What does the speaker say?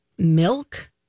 milk